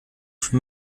für